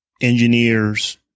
Engineers